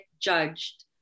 judged